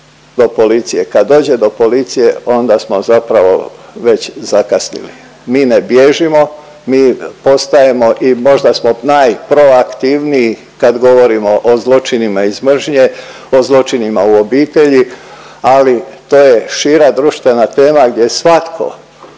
kad dođe do policije onda smo zapravo već zakasnili. Mi ne bježimo, mi postajemo i možda smo najproaktivniji kad govorimo o zločinima iz mržnje, o zločinima u obitelji, ali to je šira društvena tema gdje svatko